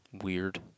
weird